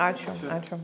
ačiū ačiū